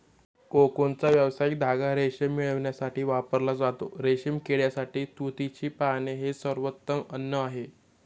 कोकूनचा व्यावसायिक धागा रेशीम मिळविण्यासाठी वापरला जातो, रेशीम किड्यासाठी तुतीची पाने हे सर्वोत्तम अन्न आहे